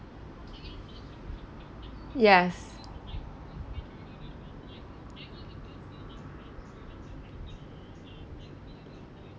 yes